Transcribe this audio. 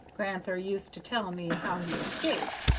gran'ther used to tell me how he escaped.